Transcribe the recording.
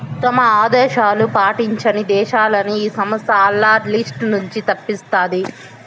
తమ ఆదేశాలు పాటించని దేశాలని ఈ సంస్థ ఆల్ల లిస్ట్ నుంచి తప్పిస్తాది